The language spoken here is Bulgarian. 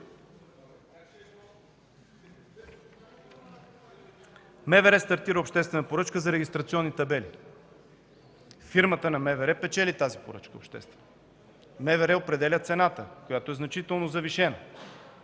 МВР стартира обществена поръчка за регистрационни табели. Фирмата на МВР печели тази обществена поръчка. МВР определя цената, която е значително завишена.